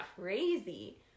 crazy